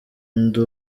ndi